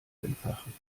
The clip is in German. entfachen